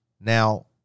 Now